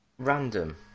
random